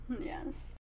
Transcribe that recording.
Yes